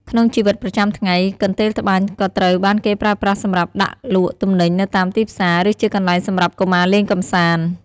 ក្នុងជីវិតប្រចាំថ្ងៃ កន្ទេលត្បាញក៏ត្រូវបានគេប្រើប្រាស់សម្រាប់ដាក់លក់ទំនិញនៅតាមទីផ្សារ ឬជាកន្លែងសម្រាប់កុមារលេងកម្សាន្ត។